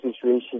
situation